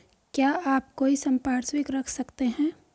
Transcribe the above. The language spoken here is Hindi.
क्या आप कोई संपार्श्विक रख सकते हैं?